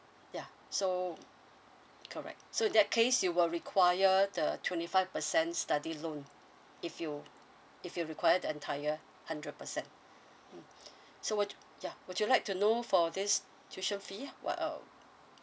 ya so correct so in that case you will require the twenty five percent study loan if you if you require the entire hundred percent mm so would ya would you like to know for this tuition fee what uh